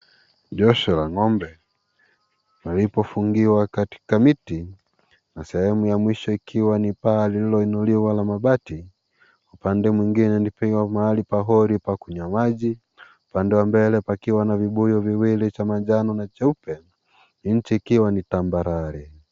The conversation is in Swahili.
Josho la ngombe alipofungiwa katika miti na sehemu ya mwisho ikiwa ni paa lililoinuliwa la mabati upande mwingine ni mahali pa hori pa kunywa maji upande wa mbele pakiwa na vibuyu viwili, cha manjano na cheupe nchi ikiwa ni tambarare.